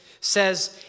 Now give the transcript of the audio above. says